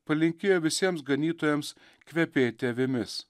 palinkėjo visiems ganytojams kvepėti avimis